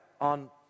on